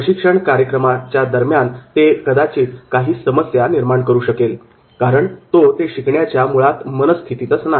प्रशिक्षण कार्यक्रमाच्या दरम्यान तो कदाचित काही समस्या निर्माण करू शकेल कारण तो ते शिकण्याच्या मनस्थितीतच नाही